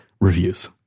reviews